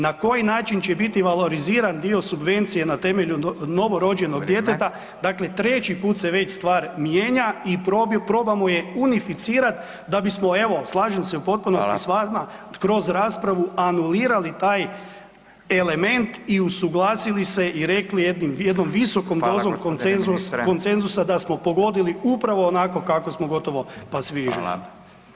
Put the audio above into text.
Na koji način će biti valoriziran dio subvencije na temelju novorođenog djeteta, dakle treći put se već stvar mijenja i probamo je unificirat da bismo evo slažem se u potpunosti s vama kroz raspravu anulirali taj element i usuglasili se i rekli jednim visokom dozom [[Upadica Radin: Hvala g. ministre.]] konsenzusa da smo pogodili upravo onako kako smo gotovo pa svi željeli.